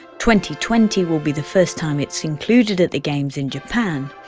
twenty twenty will be the first time it's included at the games in japan,